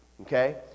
okay